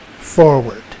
forward